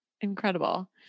Incredible